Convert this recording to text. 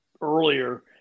earlier